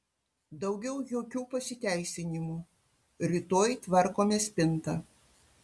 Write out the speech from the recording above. daugiau jokių pasiteisinimų rytoj tvarkome spintą